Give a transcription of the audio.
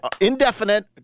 indefinite